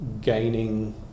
gaining